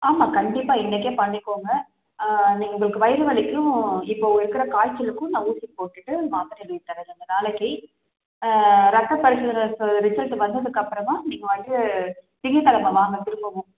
ஆமாம் கண்டிப்பாக இன்றைக்கே பண்ணிக்கோங்க நீங்கள் உங்களுக்கு வயிறு வலிக்கும் இப்போது இருக்கிற காய்ச்சலுக்கும் நான் ஊசி போட்டுவிட்டு மாத்தரை எழுதி தரேன் ரெண்டு நாளைக்கு ரத்த பரிசோதனை இப்போ ரிசல்ட்டு வந்ததுக்கப்புறமா நீங்கள் வந்து திங்கக்கெழம வாங்க திரும்பவும்